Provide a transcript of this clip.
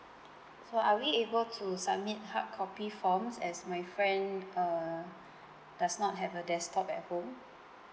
so are we able to submit hardcopy forms as my friend uh does not have a desktop at home